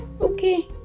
okay